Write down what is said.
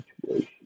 situation